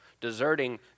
Deserting